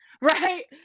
right